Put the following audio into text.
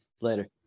later